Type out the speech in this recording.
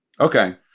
Okay